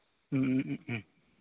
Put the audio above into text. ꯎꯝ ꯎꯝ ꯎꯝ ꯎꯝ